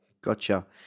Gotcha